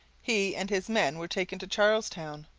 he and his men were taken to charles town,